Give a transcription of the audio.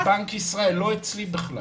בבנק ישראל, בכלל לא אצלי.